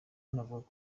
anavuga